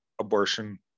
abortion